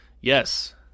Yes